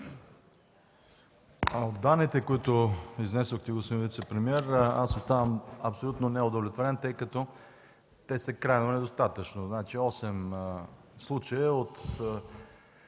От данните, които изнесохте, господин вицепремиер, аз оставам абсолютно неудовлетворен, тъй като те са крайно недостатъчни. Осем случая,